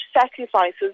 sacrifices